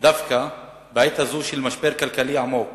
דווקא בעת הזאת, של משבר כלכלי עמוק